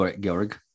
Georg